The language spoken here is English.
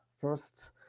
first